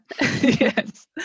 Yes